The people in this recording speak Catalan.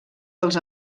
dels